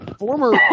Former